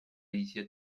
一些